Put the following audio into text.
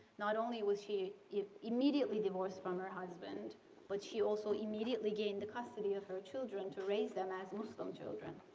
not only was she immediately divorced from her husband but she also immediately gained the custody of her children to raise them as muslim children